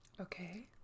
Okay